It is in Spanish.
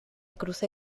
crucé